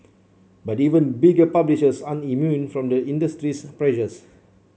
but even bigger publishers aren't immune from the industry's pressures